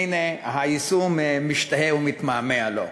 והנה, היישום משתהה ומתמהמה לו.